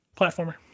platformer